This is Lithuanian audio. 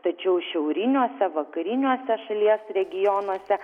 tačiau šiauriniuose vakariniuose šalies regionuose